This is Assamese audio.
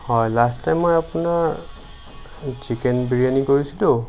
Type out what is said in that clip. হয় লাষ্ট টাইম মই আপোনাৰ চিকেন বিৰিয়ানী কৰিছিলোঁ